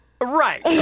Right